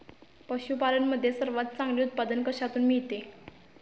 पशूपालन मध्ये सर्वात चांगले उत्पादन कशातून मिळते?